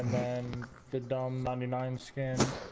and fidel um ninety nine scandal